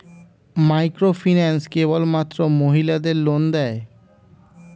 Microfinance কেবলমাত্র মহিলাদের loan দেয়?